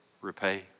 repay